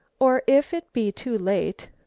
or if it be too late,